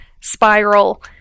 spiral